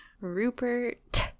Rupert